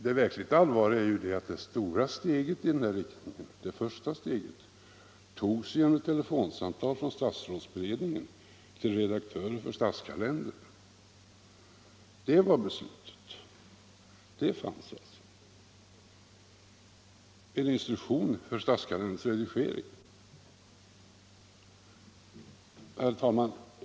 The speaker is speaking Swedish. Det verkligt allvarliga är emellertid att det stora steget i denna riktning, det första steget, togs genom ett telefonsamtal från statsrådsberedningen till redaktören för Statskalendern. Det var beslutet — det fanns alltså en instruktion för Statskalenderns redigering. Herr talman!